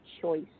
choice